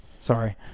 Sorry